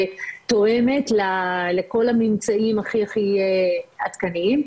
ותורמת לכל הממצאים הכי הכי עדכניים.